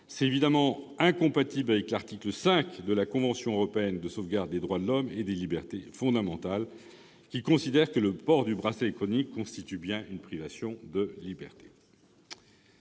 serait évidemment incompatible avec l'article 5 de la Convention européenne de sauvegarde des droits de l'homme et des libertés fondamentales, selon lequel le port du bracelet électronique constitue bien une privation de liberté.